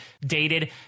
dated